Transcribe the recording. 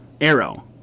Arrow